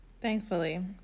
Thankfully